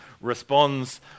responds